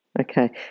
Okay